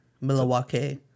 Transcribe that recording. Milwaukee